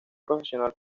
profesional